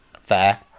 Fair